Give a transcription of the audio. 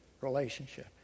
relationship